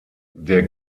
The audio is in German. der